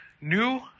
new